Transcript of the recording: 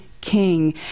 King